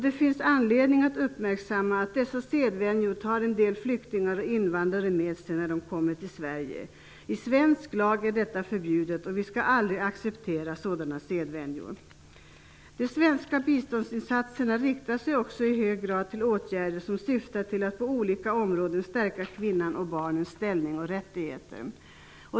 Det finns anledning att uppmärkamma att en del flyktingar och invandrare tar med sig dessa sedvänjor hit till Sverige. I svensk lag är detta förbjudet, och vi skall aldrig acceptera sådana sedvänjor. De svenska biståndsinsatserna riktar sig också i hög grad på åtgärder som syftar till att på olika områden stärka kvinnans och barnens ställning och rättigheter.